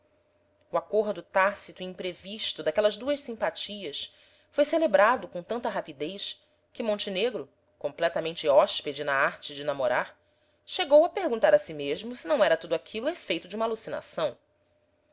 o acordo tácito e imprevisto daquelas duas simpatias foi celebrado com tanta rapidez que montenegro completamente hóspede na arte de namorar chegou a perguntar a si mesmo se não era tudo aquilo o efeito de uma alucinação